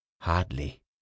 Hardly